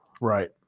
right